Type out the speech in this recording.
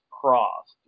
crossed